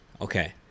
Okay